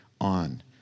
on